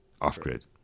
off-grid